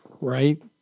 right